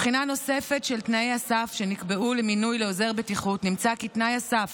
בבחינה נוספת של תנאי הסף שנקבעו למינוי לעוזר בטיחות נמצא כי תנאי הסף